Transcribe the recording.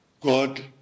God